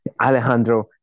Alejandro